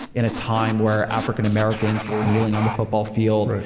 in a time where african americans were kneeling on the football field,